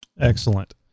Excellent